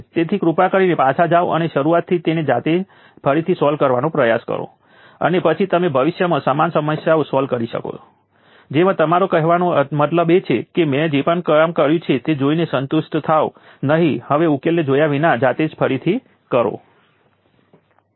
તેથી ખાસ કરીને કેપેસિટર્સ જેવી વસ્તુઓ કે જ્યાં ટાઈમ ડેરિવેટિવ ચિત્રમાં દાખલ થાય છે તમે હંમેશા વસ્તુઓની બરાબર ગણતરી કરી શકતા નથી પરંતુ તમે V અને V ના ટાઈમ ડેરિવેટિવ અને તેથી વધુને સ્ટ્રેચિંગ કરતી વખતે વિવિધતાનો અહેસાસ મેળવી શકો છો